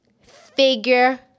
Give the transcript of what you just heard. figure